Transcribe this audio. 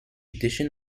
addition